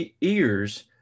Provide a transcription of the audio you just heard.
ears